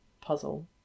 puzzle